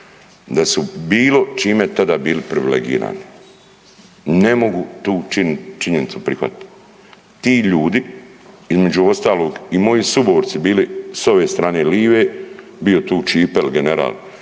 da su bilo čime tada bili privilegirani. Ne mogu tu činjenicu prihvatiti, ti ljudi, između ostalog i moji suborci bili s ove strane live, bio je tu Ćipe general